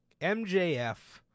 MJF